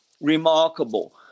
remarkable